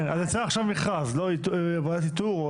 כן, אז יוצא עכשיו מכרז, לא ועדת איתור.